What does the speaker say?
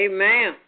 Amen